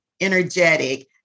energetic